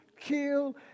kill